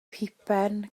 peipen